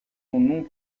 nom